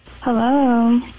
Hello